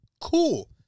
Cool